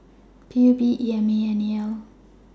P U B E M A and N E L